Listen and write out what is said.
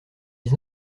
dix